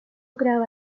graba